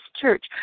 church